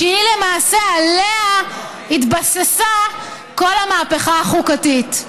שלמעשה עליה התבססה כל המהפכה החוקתית.